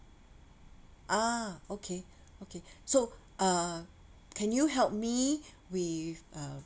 ah okay okay so uh can you help me with uh